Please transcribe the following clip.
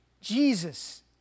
Jesus